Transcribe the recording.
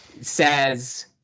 says